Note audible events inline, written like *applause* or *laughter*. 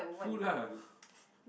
food lah *breath*